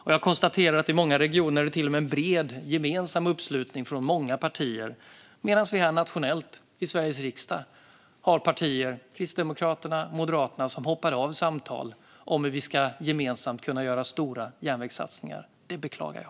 I många regioner finns det till och med en bred, gemensam uppslutning från många partier medan vi nationellt, i Sveriges riksdag, har partier - Kristdemokraterna och Moderaterna - som hoppar av samtal om hur vi gemensamt ska kunna göra stora järnvägssatsningar. Det beklagar jag.